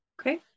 Okay